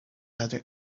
either